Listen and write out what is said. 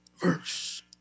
verse